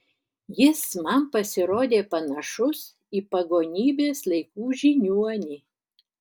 jis man pasirodė panašus į pagonybės laikų žiniuonį